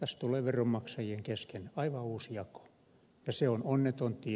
tästä tulee veronmaksajien kesken aivan uusi jako ja se on onneton tie